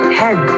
head